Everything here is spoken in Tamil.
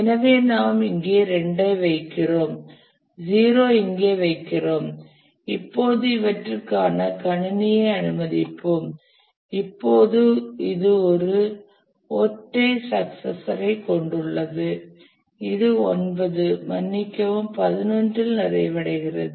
எனவே நாம் இங்கே 2 ஐ வைக்கிறோம் 0 இங்கே வைக்கிறோம் இப்போது இவற்றிற்கான கணினியை அனுமதிப்போம் இப்போது இது ஒரு ஒற்றை சக்சசர் ஐக் கொண்டுள்ளது இது 9 மன்னிக்கவும் 11 இல் நிறைவடைகிறது